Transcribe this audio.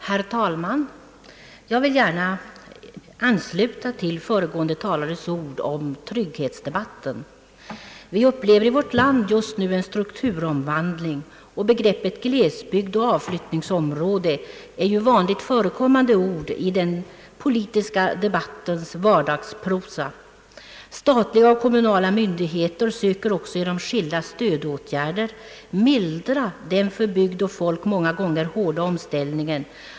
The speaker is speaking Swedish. Herr talman! Jag vill gärna anknyta till den föregående talarens ord om trygghetsdebatten. Vi upplever i vårt land just nu en strukturomvandling, och begreppen glesbygd och avflyttningsområde är vanligt förekommande ord i den politiska debattens vardagsprosa. Statliga och kommunala myndigheter söker också genom skilda stödåtgärder mildra den för bygd och folk många gånger hårda omställningen.